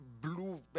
blue